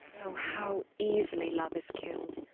oh! how easily love is killed.